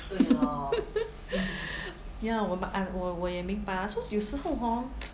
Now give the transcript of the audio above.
ya 我 but I 我我也明白 ah so 有时候 hor